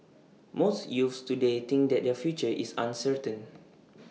most youths today think that their future is uncertain